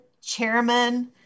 Chairman